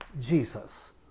Jesus